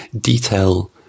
detail